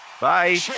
Bye